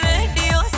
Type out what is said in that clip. Radio